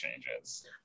changes